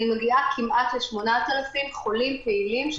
אני מגיעה כמעט ל-8,000 חולים פעילים שנמצאים.